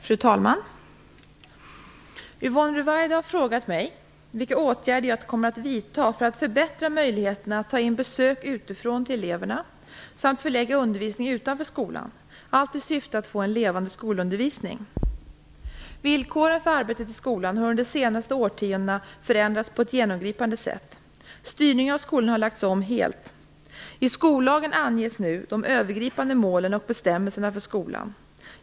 Fru talman! Yvonne Ruwaida har frågat mig vilka åtgärder jag kommer att vidtaga för att förbättra möjligheterna att ta in besök utifrån till eleverna samt förlägga undervisning utanför skolan, allt i syfte att få en levande skolundervisning. Villkoren för arbetet i skolan har under de senaste årtiondena förändrats på ett genomgripande sätt. Styrningen av skolan har lagts om helt. I skollagen anges de övergripande målen och bestämmelserna för skolan.